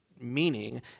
meaning